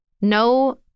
no